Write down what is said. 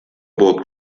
burg